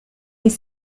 les